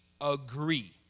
agree